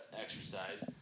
exercise –